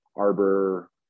arbor